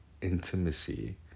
intimacy